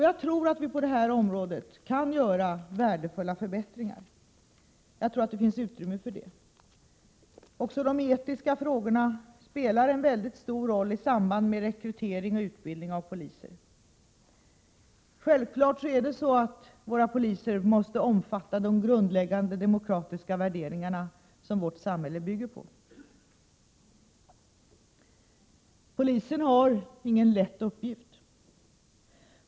Jag tror att det finns utrymme för att också på det området göra värdefulla förbättringar. Också de etiska frågorna spelar en mycket stor roll i samband med rekrytering och utbildning av poliser. Våra poliser måste självfallet omfatta de grundläggande demokratiska värderingar som vårt samhälle bygger på. Polisen har ingen lätt uppgift.